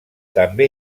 també